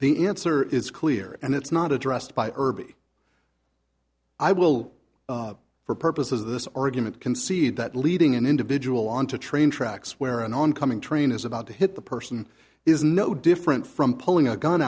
the answer is clear and it's not addressed by irby i will for purposes of this argument concede that leading an individual on to train tracks where an oncoming train is about to hit the person is no different from pulling a gun